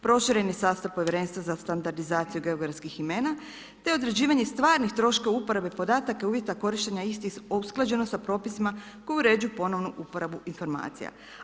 Proširen je sastava povjerenstva za standardizaciju geografskih imena te određivanje stvarnih troškova uporabe podataka i uvjeta korištenja istih usklađeno s propisima koji uređuju ponovno upravu informacija.